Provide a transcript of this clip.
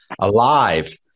alive